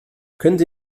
könnte